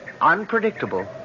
unpredictable